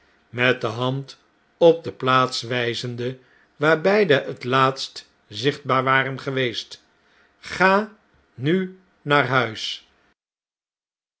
met de hand op de plaa s wijzende waar beiae het laatst zichtbaar waren geweest ga nu naar huis